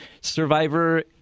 survivor